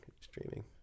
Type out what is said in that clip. Streaming